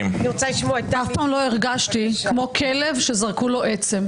אף פעם לא הרגשתי כמו כלב שזרקו לו עצם.